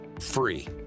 free